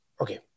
Okay